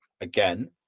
again